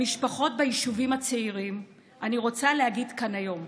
למשפחות ביישובים הצעירים אני רוצה להגיד כאן היום: